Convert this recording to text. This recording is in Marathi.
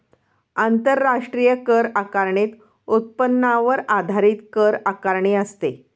आंतरराष्ट्रीय कर आकारणीत उत्पन्नावर आधारित कर आकारणी असते